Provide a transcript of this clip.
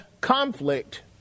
conflict